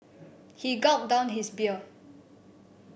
he gulped down his beer